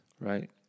Right